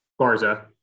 Barza